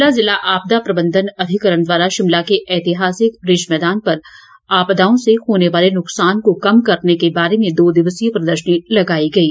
शिमला जिला आपदा प्रबंधन अधिकरण द्वारा शिमला के ऐतिहासिक रिज मैदान पर आपदाओं से होने वाले नुकसान को कम करने के बारे में दो दिवसीय प्रदर्शनी लगाई गई है